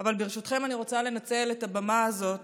אבל ברשותכם אני רוצה לנצל את הבמה הזאת